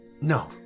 no